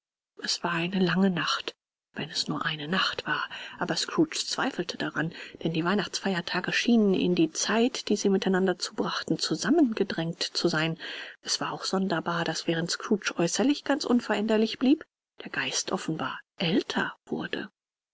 es war eine lange nacht wenn es nur eine nacht war aber scrooge zweifelte daran denn die weihnachtsfeiertage schienen in die zeit die sie miteinander zubrachten zusammengedrängt zu sein es war auch sonderbar daß während scrooge äußerlich ganz unverändert blieb der geist offenbar älter wurde